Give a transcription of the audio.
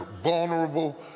vulnerable